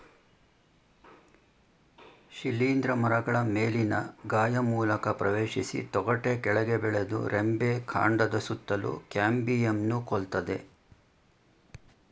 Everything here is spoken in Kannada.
ಶಿಲೀಂಧ್ರ ಮರಗಳ ಮೇಲಿನ ಗಾಯ ಮೂಲಕ ಪ್ರವೇಶಿಸಿ ತೊಗಟೆ ಕೆಳಗೆ ಬೆಳೆದು ರೆಂಬೆ ಕಾಂಡದ ಸುತ್ತಲೂ ಕ್ಯಾಂಬಿಯಂನ್ನು ಕೊಲ್ತದೆ